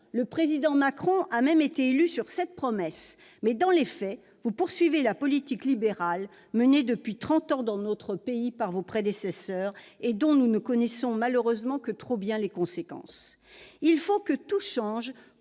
autrement- M. Macron a même été élu sur cette promesse -, mais, dans les faits, vous poursuivez la politique libérale qui a été menée dans notre pays, depuis trente ans, par vos prédécesseurs et dont nous ne connaissons malheureusement que trop bien les conséquences. « Il faut que tout change